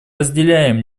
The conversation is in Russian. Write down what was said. разделяем